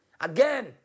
Again